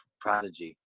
Prodigy